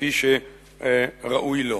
כפי שראוי לו.